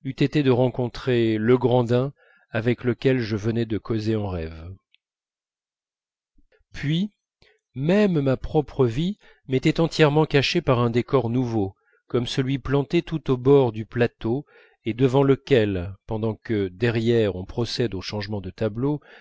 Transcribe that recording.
de rencontrer legrandin avec lequel je venais de causer en rêve puis même ma propre vie m'était entièrement cachée par un décor nouveau comme celui planté tout au bord du plateau et devant lequel pendant que derrière on procède aux changements de tableaux